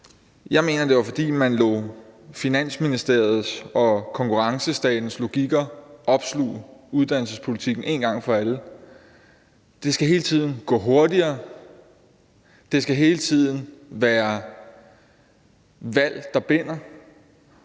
Jeg mener, det var, fordi man lod Finansministeriets og konkurrencestatens logikker opsluge uddannelsespolitikken en gang for alle. Det skal hele tiden gå hurtigere, det skal hele tiden være valg, der binder,